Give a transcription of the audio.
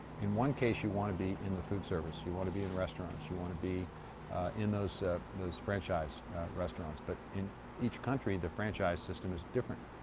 in one case you want to be in the food service, you want to be in restaurants, you want to be in those those franchise restaurants, but in each country the franchise system is different.